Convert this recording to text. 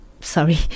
sorry